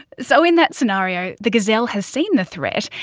so in that scenario the gazelle has seen the threat,